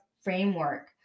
framework